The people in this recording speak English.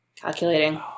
Calculating